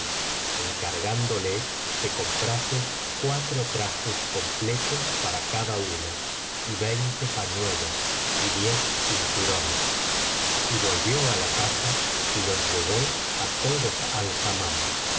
encargándole que comprase cuatro trajes completos para cada uno y veinte pañuelos y diez cinturones y volvió á la casa y los llevó á todos al